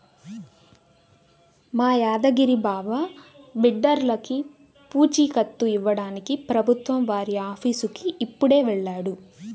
మా యాదగిరి బావ బిడ్డర్లకి పూచీకత్తు ఇవ్వడానికి ప్రభుత్వం వారి ఆఫీసుకి ఇప్పుడే వెళ్ళాడు